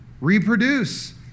reproduce